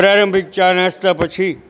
પ્રારંભિક ચા નાસ્તા પછી